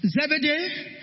Zebedee